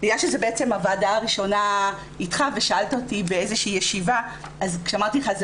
בעצם הוועדה הראשונה איתך ושאלת אותי באיזו שהיא ישיבה כשאמרתי לך שזה